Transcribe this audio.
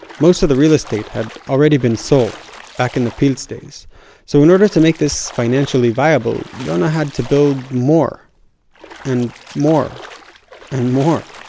most of the real estate had already been sold back in pilz days so in order to make this financially viable, yona had to build more and more and more.